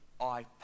iPad